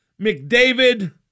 McDavid